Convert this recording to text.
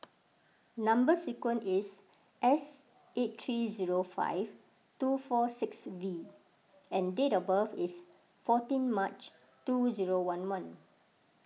Number Sequence is S eight three zero five two four six V and date of birth is fourteen March two zero one one